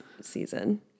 season